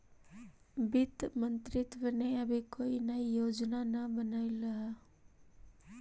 वित्त मंत्रित्व ने अभी कोई नई योजना न बनलई हे